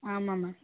ஆமாம் மேம்